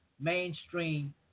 mainstream